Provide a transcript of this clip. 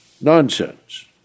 Nonsense